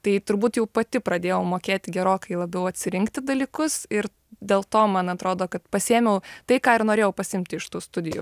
tai turbūt jau pati pradėjau mokėti gerokai labiau atsirinkti dalykus ir dėl to man atrodo kad pasiėmiau tai ką ir norėjau pasiimti iš tų studijų